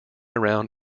around